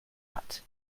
hat